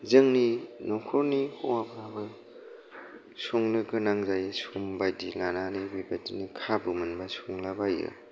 जोंनि न'खरनि होवाफ्राबो संनो गोनां जायो सम बायदि लानानै बेबादिनो खाबु मोनबा संलाबायो